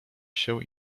się